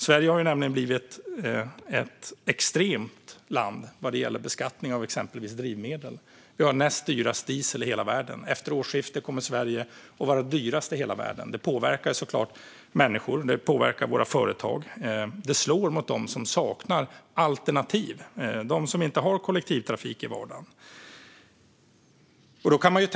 Sverige har nämligen blivit ett extremt land vad gäller till exempel beskattning av drivmedel. Vi har näst dyrast diesel i hela världen. Efter årsskiftet kommer Sverige att ha den dyraste dieseln i hela världen. Det påverkar såklart människor, och det påverkar våra företag. Det slår mot dem som saknar alternativ - de som inte har kollektivtrafik i vardagen.